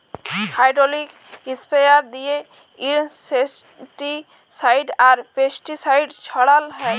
hydraulic sprayer দিঁয়ে insecticide আর pesticide ছড়াল হ্যয়